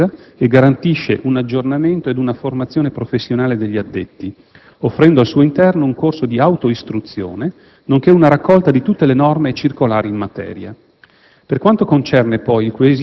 consente il monitoraggio della spesa e garantisce un aggiornamento ed una formazione professionale degli addetti, offrendo al suo interno un corso di autoistruzione, nonché una raccolta di tutte le norme e circolari in materia.